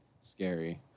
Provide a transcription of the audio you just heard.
scary